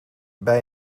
bij